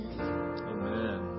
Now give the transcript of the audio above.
Amen